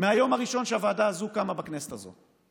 מהיום הראשון שהוועדה הזאת קמה בכנסת הזאת.